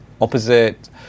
opposite